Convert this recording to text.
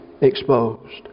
exposed